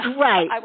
Right